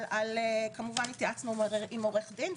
התייעצנו עם עורך דין,